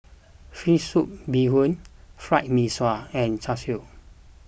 Fish Soup Bee Hoon Fried Mee Sua and Char Siu